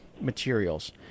materials